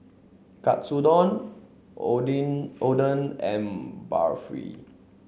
Katsudon Oden and Barfi